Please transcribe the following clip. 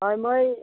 হয় মই